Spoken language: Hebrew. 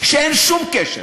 שאין שום קשר.